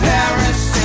Paris